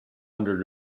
under